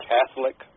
Catholic